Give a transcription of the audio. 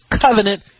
covenant